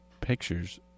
pictures